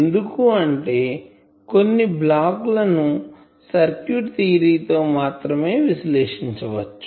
ఎందుకు అంటే కొన్ని బ్లాక్ లను సర్క్యూట్ థియరీ తో మాత్రమే విశ్లేషించవచ్చు